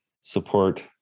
support